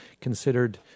considered